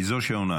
היא זו שעונה.